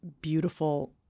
beautiful